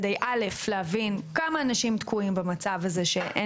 כדי להבין כמה אנשים תקועים במצב הזה שאין